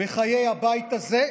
בחיי הבית הזה,